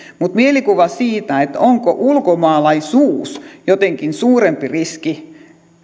mutta mielikuva siitä onko ulkomaalaisuus jotenkin suurempi riski